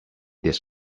this